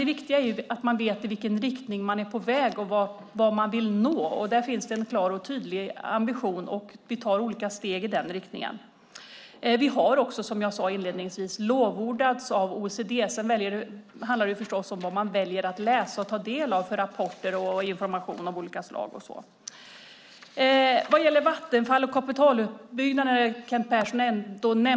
Det viktiga är att man vet i vilken riktning man är på väg och vad man vill nå. Där finns det en klar och tydlig ambition. Vi tar olika steg i den riktningen. Sverige har också, som jag sade inledningsvis, lovordats av OECD. Sedan handlar det förstås om vad man väljer att läsa och ta del av i form av rapporter, information och så vidare. Kent Persson nämnde Vattenfall och kapitalutbyggnaden.